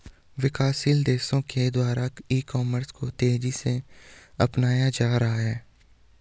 विकासशील देशों के द्वारा ई कॉमर्स को तेज़ी से अपनाया जा रहा है